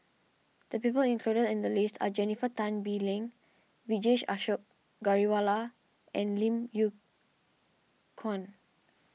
the people included in the list are Jennifer Tan Bee Leng Vijesh Ashok Ghariwala and Lim Yew Kuan